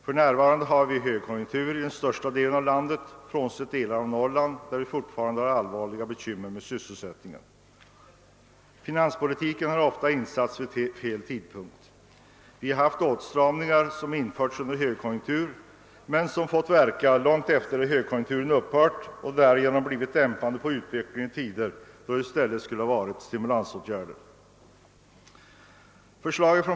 För närvarande råder högkonjunktur i den största delen av landet, men vissa områden i Norrland har fortfarande allvarliga bekymmer med sysselsättningen. Finanspolitiken har ofta satts in vid fel tidpunkt. åtstramningar som införts under en högkonjunktur har ofta fått verka långt efter det att högkonjunkturen upphört och har därför kommit att dämpa utvecklingen i tider då man i stället borde ha vidtagit stimulansåtgärder.